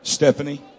Stephanie